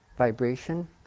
vibration